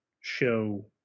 show